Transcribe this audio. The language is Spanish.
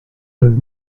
los